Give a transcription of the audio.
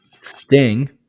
Sting